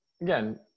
Again